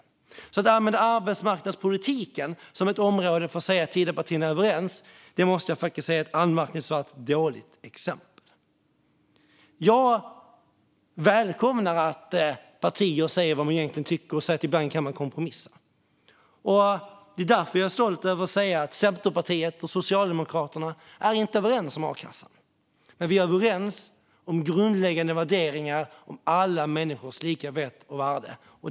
Därför måste jag säga att arbetsmarknadspolitiken som ett område där man säger att Tidöpartierna är överens faktiskt är ett anmärkningsvärt dåligt exempel. Jag välkomnar att partier säger vad de egentligen tycker och att man ibland kan kompromissa. Det är därför jag är stolt över att säga att Centerpartiet och Socialdemokraterna inte är överens om a-kassan. Men vi är överens om grundläggande värderingar om alla människors lika rätt och värde.